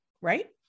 right